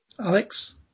Alex